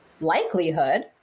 likelihood